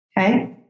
Okay